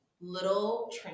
little